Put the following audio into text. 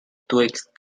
twixt